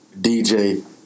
DJ